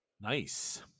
Nice